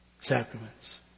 sacraments